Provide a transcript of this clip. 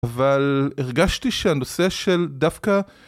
אבל הרגשתי שהנושא של דווקא...